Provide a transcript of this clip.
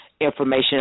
information